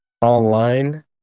online